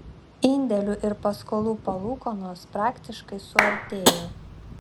indėlių ir paskolų palūkanos praktiškai suartėjo